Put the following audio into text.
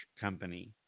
company